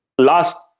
last